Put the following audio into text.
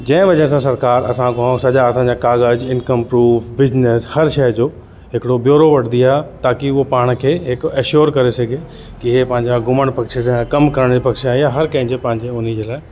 जंहिं वजह सां सरकार असांखां सॼा असांजा क़ागज इंकम प्रूफ़ बिजनिस हर शइ जो हिकिड़ो ब्यूरो वठंदी आहे ताकि हू पाण खे हिकु अश्योर करे सघे कि हे पंहिंजा घुमणु फ़िरणु कम करण पक्ष में आहे या हर कंहिंजे पंहिंजे उनजे लाइ